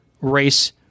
race